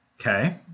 Okay